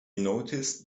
noticed